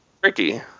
tricky